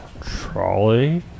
Trolley